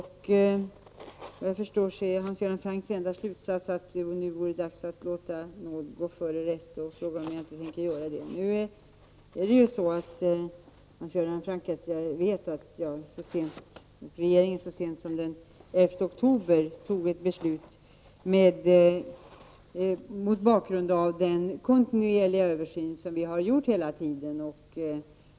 Hans Göran Francks slutsats är att det är dags att låta nåd gå före rätt. Han frågar om jag är beredd att verka för det. Hans Göran Franck vet att regeringen så sent som den 11 oktober fattade ett beslut mot bakgrund av den kontinuerliga översyn som vi hela tiden har gjort.